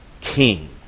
king